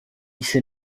ses